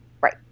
right